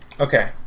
Okay